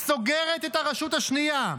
סוגרת את הרשות השנייה.